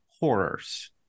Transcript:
horrors